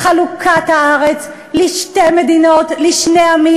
לחלוקת הארץ לשתי מדינות לשני עמים.